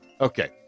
Okay